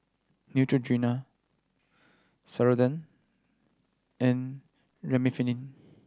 Neutrogena Ceradan and Remifemin